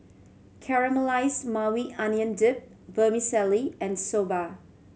Caramelized Maui Onion Dip Vermicelli and Soba